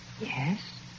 Yes